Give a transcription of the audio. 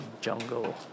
jungle